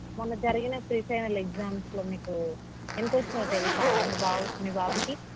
మొన్న జరిగిన ప్రీఫైనల్ ఎగ్జామ్స్లో మీకు ఎంత వచ్చినాయో తెలుసా అండి మీ బాబు మీ బాబుకి